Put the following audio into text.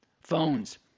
Phones